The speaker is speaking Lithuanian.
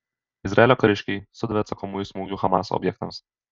izraelio kariškiai sudavė atsakomųjų smūgių hamas objektams